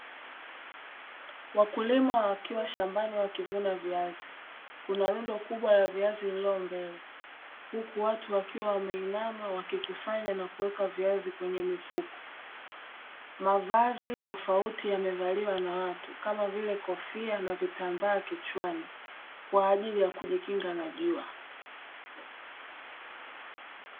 Wakulima wakiwa shambani wakivuna viazi, kuna rundo kubwa la viazi lililo mbele, huku watu wakiwa wameinama wakikusanya na kuweka viazi kwenye mifuko. Mavazi tofauti yamevaliwa na watu kama vile kofia, na vitambaa kichwani kwa ajili ya kujikinga na jua.